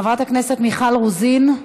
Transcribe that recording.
חברת הכנסת מיכל רוזין,